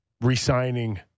re-signing